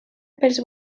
pels